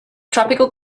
tropical